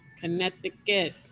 Connecticut